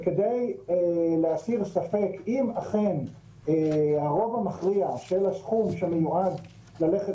וכדי להסיר ספק אם אכן הרוב המכריע של הסכום שמיועד ללכת